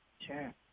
Sure